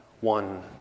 One